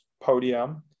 podium